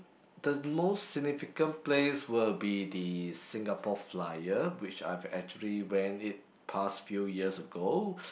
the most significant place will be the Singapore Flyer which I've actually went it past few years ago